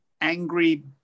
angry